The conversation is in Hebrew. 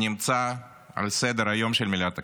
שנמצא על סדר-היום של מליאת הכנסת.